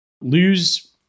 lose